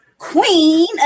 Queen